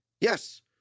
Yes